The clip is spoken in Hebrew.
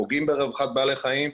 פוגעים ברווחת בעלי החיים.